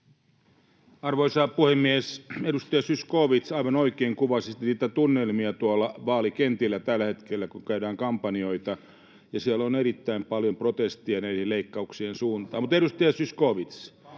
Arvoisa puhemies! Edustaja Zyskowicz aivan oikein kuvasi niitä tunnelmia tuolla vaalikentillä tällä hetkellä, kun käydään kampanjoita, ja siellä on erittäin paljon protesteja näiden leikkauksien suuntaan. Mutta, edustaja Zyskowicz,